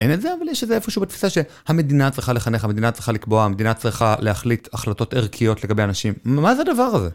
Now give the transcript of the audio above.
אין את זה, אבל יש את זה איפשהו בתפיסה שהמדינה צריכה לחנך, המדינה צריכה לקבוע, המדינה צריכה להחליט החלטות ערכיות לגבי אנשים. מה זה הדבר הזה?